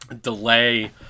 delay